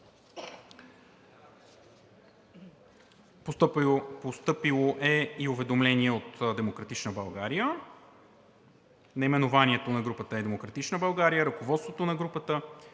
Постъпило е уведомление от „Демократична България“. Наименованието на групата е „Демократична България“. Ръководството на групата е